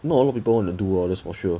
not a lot of people want to do that's for sure